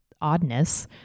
oddness